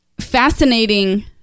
fascinating